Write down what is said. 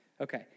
Okay